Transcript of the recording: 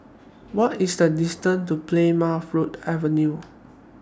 What IS The distance to Plymouth Avenue